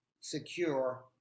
secure